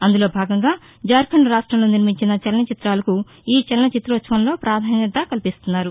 అందులో భాగంగా జార్టండ్ రాష్టంలో నిర్మించిన చలన చిత్రాలకు ఈ చలన చిత్రోత్సవంలో ప్రాధాన్యత కల్పిస్తున్నారు